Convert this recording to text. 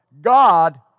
God